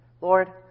Lord